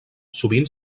sovint